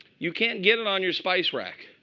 you can't get it on your spice rack.